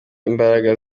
imbaraga